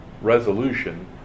resolution